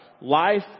Life